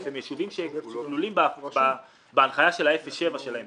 הם ישובים שכלולים בהנחיה של ה-0-7 שלהם.